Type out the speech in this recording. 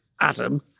Adam